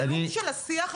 בלופ של השיח,